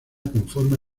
conforme